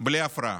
בלי הפרעה.